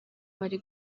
bari